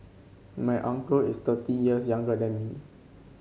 my uncle is thirty years younger than me